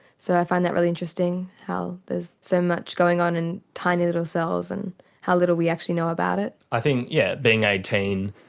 so i find that really interesting, how there is so much going on in tiny little cells and how little we actually know about it. i think, yes, yeah being eighteen,